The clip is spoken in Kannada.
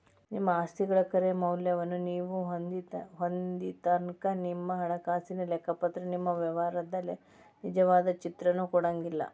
ನಿಮ್ಮ ಆಸ್ತಿಗಳ ಖರೆ ಮೌಲ್ಯವನ್ನ ನೇವು ಹೊಂದೊತನಕಾ ನಿಮ್ಮ ಹಣಕಾಸಿನ ಲೆಕ್ಕಪತ್ರವ ನಿಮ್ಮ ವ್ಯವಹಾರದ ನಿಜವಾದ ಚಿತ್ರಾನ ಕೊಡಂಗಿಲ್ಲಾ